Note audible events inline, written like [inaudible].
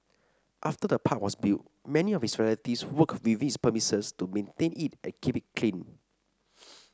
after the park was built many of his relatives worked within its premises to maintain it and keep it clean [noise]